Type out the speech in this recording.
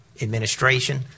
administration